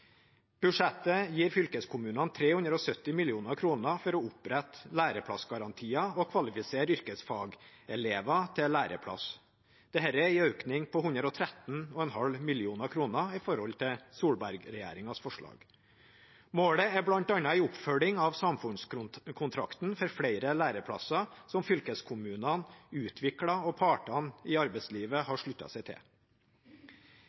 Budsjettet gir fylkeskommunene 370 mill. kr for å opprette læreplassgarantier og kvalifisere yrkesfagelever til læreplass. Dette er en økning på 113,5 mill. kr i forhold til Solberg-regjeringens forslag. Målet er bl.a. en oppfølging av samfunnskontrakten for flere læreplasser, som fylkeskommunene utviklet og partene i arbeidslivet